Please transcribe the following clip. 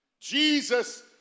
Jesus